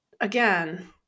again